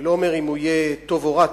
אני לא אומר אם הוא יהיה טוב או רע,